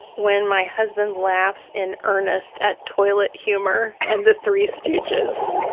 when my husband laughs in earnest at toilet humor and the three stooges.